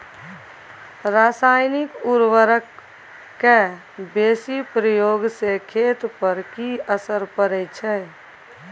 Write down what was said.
रसायनिक उर्वरक के बेसी प्रयोग से खेत पर की असर परै छै?